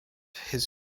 his